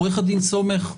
עו"ד סומך,